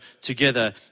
together